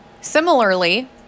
Similarly